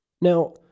Now